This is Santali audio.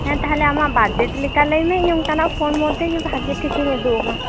ᱦᱮᱸ ᱛᱟᱦᱚᱞᱮ ᱟᱢᱟᱜ ᱵᱟᱡᱮᱴ ᱞᱮᱠᱟ ᱞᱟᱹᱭᱢᱮ ᱤᱧ ᱚᱝᱠᱟᱱᱟᱜ ᱯᱷᱚᱱ ᱢᱚᱫᱷᱮ ᱜᱮ ᱵᱷᱟᱜᱮ ᱴᱷᱤᱠᱤᱧ ᱩᱫᱩᱜ ᱟᱢᱟ